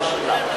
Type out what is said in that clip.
זו השאלה.